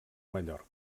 mallorca